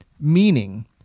meaning